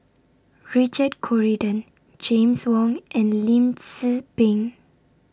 Richard Corridon James Wong and Lim Tze Peng